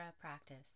practice